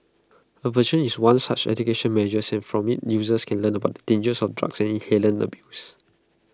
aversion is one such education measure and from IT users can learn about the dangers of drug and inhalant abuse